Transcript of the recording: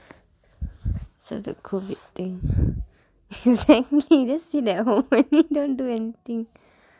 cause of the COVID thing exactly just sit at home and you don't do anything